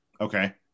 Okay